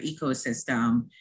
ecosystem